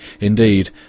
indeed